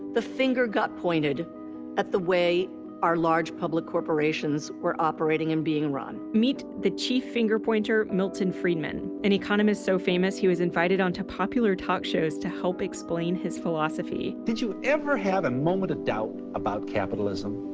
the finger got pointed at the way our large public corporations were operating and being run. meet the chief finger pointer milton friedman. an economist so famous, he was invited onto popular talk shows to help explain his philosophy. did you ever have a moment of doubt about capitalism?